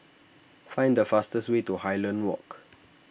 find the fastest way to Highland Walk